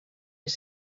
les